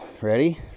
ready